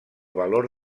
valor